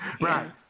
Right